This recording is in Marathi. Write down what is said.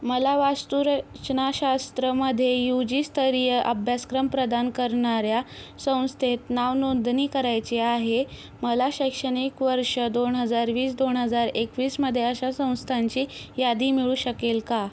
मला वास्तुरचनाशास्त्रामध्ये यू जीस्तरीय अभ्यासक्रम प्रदान करणाऱ्या संस्थेत नावनोंदणी करायची आहे मला शैक्षणिक वर्ष दोन हजार वीस दोन हजार एकवीसमध्ये अशा संस्थांची यादी मिळू शकेल का